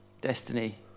destiny